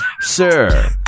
Sir